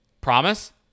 Promise